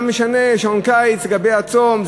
מה משנה שעון קיץ לגבי הצום,